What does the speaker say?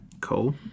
Cool